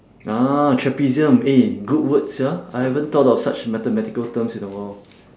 ah trapezium eh good word sia I haven't thought of such mathematical terms in a while